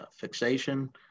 fixation